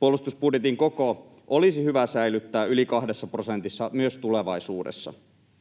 Puolustusbudjetin koko olisi hyvä säilyttää yli 2 prosentissa myös tulevaisuudessa.